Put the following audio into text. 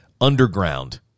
Underground